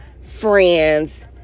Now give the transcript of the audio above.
friends